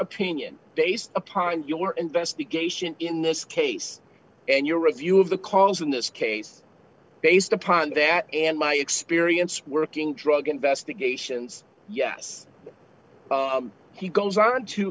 opinion based upon your investigation in this case and your review of the calls in this case based upon that and my experience working drug investigations yes he goes on to